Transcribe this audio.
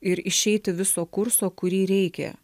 ir išeiti viso kurso kurį reikia